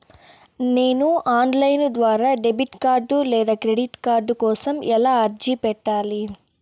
నేను online ద్వారా debit card లేదా క్రెడిట్ కార్డు కోసం ఎలా అర్జీ పెట్టాలి?